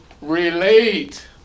relate